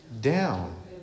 Down